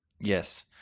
Yes